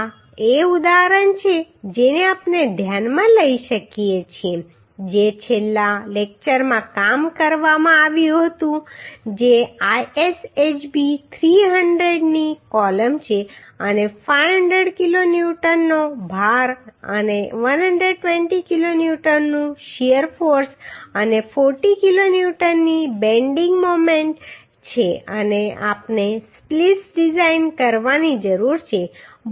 આ એ ઉદાહરણ છે જેને આપણે ધ્યાનમાં લઈ શકીએ છીએ કે જે છેલ્લા લેક્ચરમાં કામ કરવામાં આવ્યું હતું જે ISHB 300 ની કોલમ છે અને 500 કિલો ન્યૂટનનો ભાર અને 120 કિલો ન્યૂટનનું શીયર ફોર્સ અને 40 કિલોન્યૂટનની બેન્ડિંગ મોમેન્ટ છે અને આપણે સ્પ્લિસ ડિઝાઇન કરવાની જરૂર છે